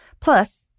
Plus